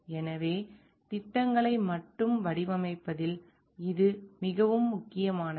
எனவே திட்டங்களை மட்டும் வடிவமைப்பதில் இது மிகவும் முக்கியமானது